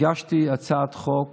הגשתי הצעת חוק